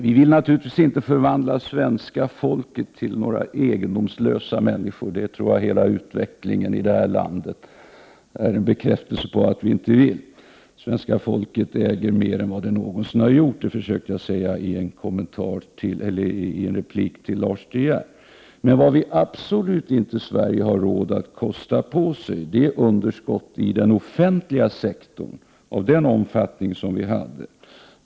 Vi vill naturligtvis inte förvandla svenska folket till egendomslösa människor; jag tror att hela utvecklingen i detta land är en bekräftelse på att vi inte vill det. Svenska folket äger mer än vad det någonsin har gjort — det försökte jag säga i en replik till Lars De Geer. Men vad Sverige absolut inte har råd att kosta på sig är ett underskott i den offentliga sektorn av den omfattning som vi hade.